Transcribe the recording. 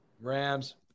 Rams